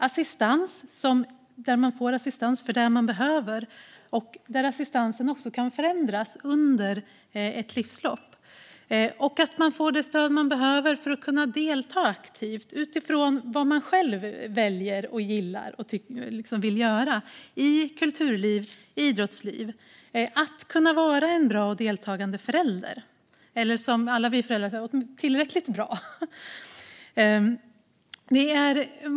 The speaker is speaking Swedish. Man ska få den assistans man behöver, och assistansen ska kunna förändras under livets lopp. Man ska få det stöd man behöver för att kunna delta aktivt i kulturliv och idrottsliv utifrån vad man själv väljer, gillar och vill göra och för att kunna vara en bra och deltagande förälder - eller, som alla vi föräldrar säger, åtminstone tillräckligt bra.